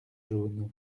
jaunes